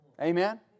Amen